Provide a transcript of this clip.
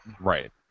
Right